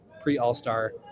pre-all-star